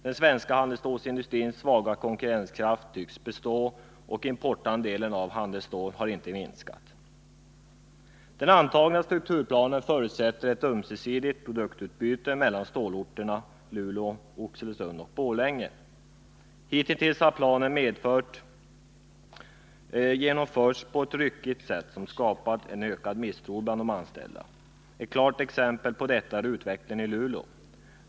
Den svenska handelsstålsindustrins svaga konkurrenskraft tycks bestå, och importandelen av handelsstål har inte minskat. Den antagna strukturplanen förutsätter ett ömsesidigt produktutbyte mellan stålorterna Luleå, Oxelösund och Borlänge. Hitintills har planen genomförts på ett ryckigt sätt, som har ökat misstron bland de anställda. Ett bra exempel på detta är utvecklingen i Luleå.